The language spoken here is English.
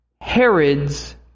Herod's